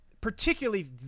particularly